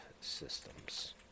systems